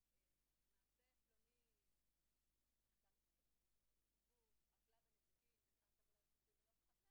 והשעה 10:04. אנחנו ממשיכים לדון בהצעת חוק